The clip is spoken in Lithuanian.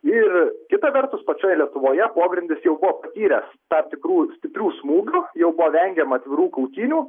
ir kita vertus pačioje lietuvoje pogrindis jau buvo patyręs tam tikrų stiprių smūgių jau buvo vengiama atvirų kautynių